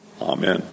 Amen